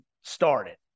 started